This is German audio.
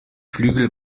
flügel